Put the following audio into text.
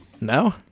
No